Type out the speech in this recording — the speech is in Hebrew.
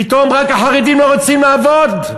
פתאום רק החרדים לא רוצים לעבוד?